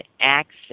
access